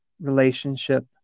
relationship